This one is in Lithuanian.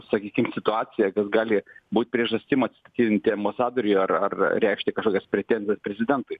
sakykim situaciją kas gali būt priežastim atsistatydinti ambasadoriui ar ar reikšti kažkokias pretenzijas prezidentui